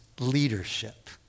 leadership